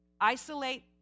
Isolate